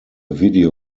video